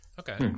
Okay